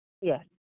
Yes